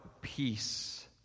peace